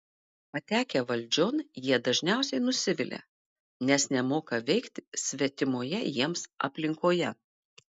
patekę valdžion jie dažniausiai nusivilia nes nemoka veikti svetimoje jiems aplinkoje